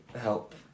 help